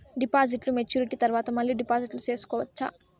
డిపాజిట్లు మెచ్యూరిటీ తర్వాత మళ్ళీ డిపాజిట్లు సేసుకోవచ్చా?